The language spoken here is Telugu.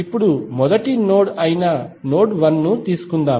ఇప్పుడు మొదటి నోడ్ అయిన నోడ్ 1 తీసుకుందాం